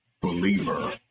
believer